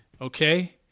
okay